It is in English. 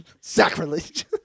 Sacrilege